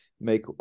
make